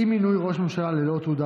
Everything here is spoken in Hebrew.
אי-מינוי ראש ממשלה ללא תעודה